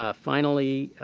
ah finally,